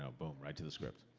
ah boom. right to the script.